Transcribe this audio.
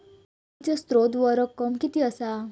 निधीचो स्त्रोत व रक्कम कीती असा?